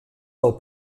del